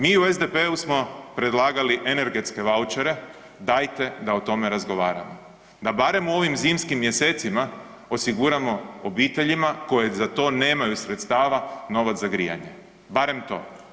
Mi u SDP-u smo predlagali energetske vaučere, dajte da o tome razgovaramo, da barem u ovim zimskim mjesecima osiguramo obiteljima koje za to nemaju sredstava, novac za grijanje, barem to.